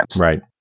Right